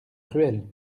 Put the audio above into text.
cruel